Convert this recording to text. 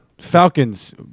Falcons